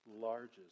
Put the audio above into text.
largest